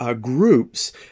groups